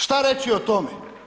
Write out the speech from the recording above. Šta reći o tome?